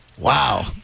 Wow